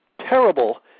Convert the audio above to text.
terrible